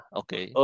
okay